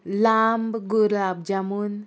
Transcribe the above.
लांब गोलाब जामून